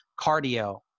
cardio